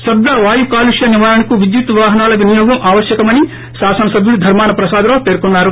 శబ్ద వాయు కాలుష్వ నివారణకు విద్యుత్ వాహనాల వినియోగం ఆవశ్వకమని శాసన సభ్యుడు ధర్మాన ప్రసాదరావు పేర్కొన్నారు